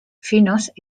finos